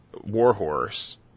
Warhorse